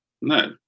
No